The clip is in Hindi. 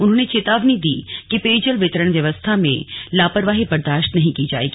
उन्होंने चेतावनी दी कि पेयजल वितरण व्यवस्था में लापरवाही बर्दाश्त नहीं की जाएगी